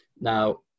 Now